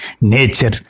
nature